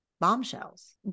bombshells